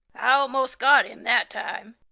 i almost got him that time!